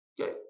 Okay